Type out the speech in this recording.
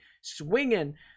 swinging